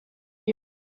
you